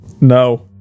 No